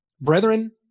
Brethren